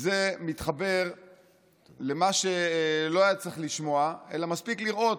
וזה מתחבר למה שלא היה צריך לשמוע אלא מספיק לראות,